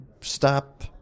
stop